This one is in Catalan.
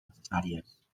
necessàries